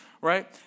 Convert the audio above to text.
right